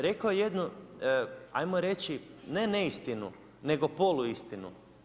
Rekao je jednu hajmo reći ne neistinu, nego poluistinu.